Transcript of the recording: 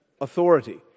authority